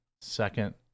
second